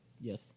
Yes